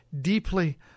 deeply